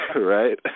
Right